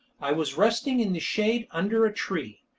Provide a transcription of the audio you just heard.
i was resting in the shade under a tree,